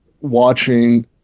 watching